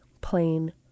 plain